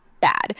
bad